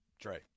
Dre